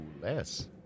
less